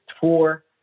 four